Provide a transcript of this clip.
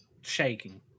shaking